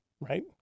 right